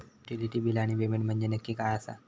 Utility बिला आणि payment म्हंजे नक्की काय आसा?